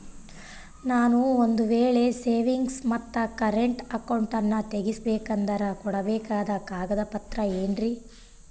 ನಾನು ಒಂದು ವೇಳೆ ಸೇವಿಂಗ್ಸ್ ಮತ್ತ ಕರೆಂಟ್ ಅಕೌಂಟನ್ನ ತೆಗಿಸಬೇಕಂದರ ಕೊಡಬೇಕಾದ ಕಾಗದ ಪತ್ರ ಏನ್ರಿ?